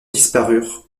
disparurent